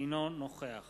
אינו נוכח